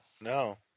No